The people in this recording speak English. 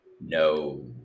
No